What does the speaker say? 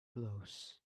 blows